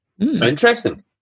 Interesting